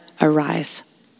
arise